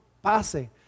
pase